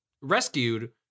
rescued